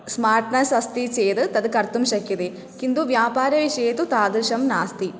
smartness अस्ति चेद् तद् कर्तुं शक्यते किन्तु व्यापारविषये तु तादृशं नास्ति